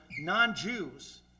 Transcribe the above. non-Jews